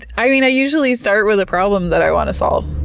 i and i usually start with a problem that i want to solve